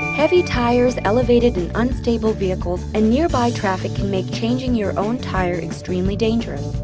heavy tires, elevated and unstable vehicles, and nearby traffic can make changing your own tire extremely dangerous.